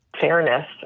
fairness